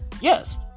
yes